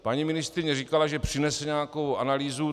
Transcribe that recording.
Paní ministryně říkala, že přinese nějakou analýzu.